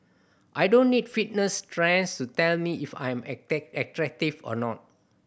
I don't need fitness trends to tell me if I'm attack attractive or not